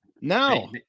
No